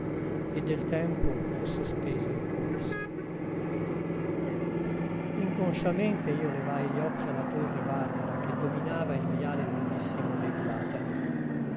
e del tempo fu sospeso il corso inconsciamente io levai gli occhi alla torre barbara che dominava il viale lunghissimo dei platani